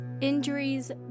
injuries